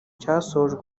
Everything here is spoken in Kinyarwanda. cyasojwe